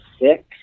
six